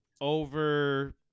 over